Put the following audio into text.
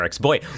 Boy